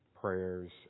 prayers